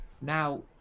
Now